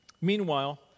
Meanwhile